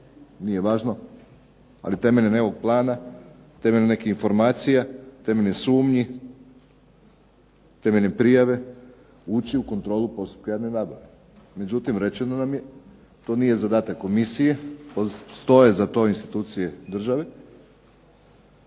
nije važno, ali temeljem nekog plana, temeljem informacije, temeljem sumnji, temeljem prijave ući u kontrolu postupaka javne nabave. Međutim, rečeno nam je to nije zadatak komisije, to je za to institucije države